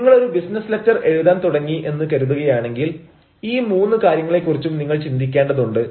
നിങ്ങൾ ഒരു business letter എഴുതാൻ തുടങ്ങി എന്ന് കരുതുകയാണെങ്കിൽ ഈ മൂന്ന് കാര്യങ്ങളെക്കുറിച്ചും നിങ്ങൾ ചിന്തിക്കേണ്ടതുണ്ട്